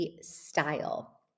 style